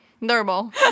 Normal